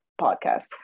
podcast